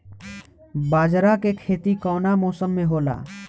बाजरा के खेती कवना मौसम मे होला?